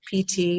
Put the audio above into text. PT